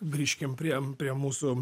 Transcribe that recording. grįžkim prie prie mūsų